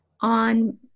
on